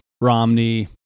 Romney